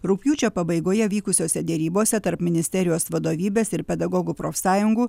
rugpjūčio pabaigoje vykusiose derybose tarp ministerijos vadovybės ir pedagogų profsąjungų